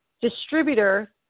distributor